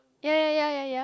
ya ya ya ya ya